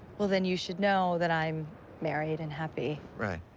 well, then, you should know that i'm married and happy. right.